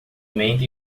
mente